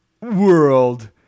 world